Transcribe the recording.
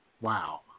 wow